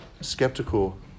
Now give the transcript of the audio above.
skeptical